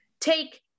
take